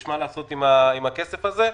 יש מה לעשות עם הכסף הזה.